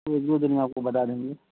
ایک دو دن میں آپ کو بتا دیں گے